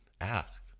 ask